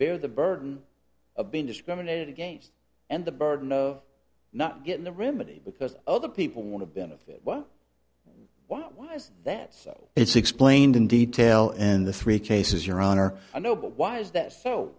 bear the burden of being discriminated against and the burden of not getting the remedy because other people want to benefit why was that so it's explained in detail in the three cases your honor i know but why is that